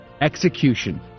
execution